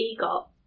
EGOT